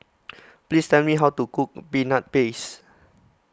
please tell me how to cook Peanut Paste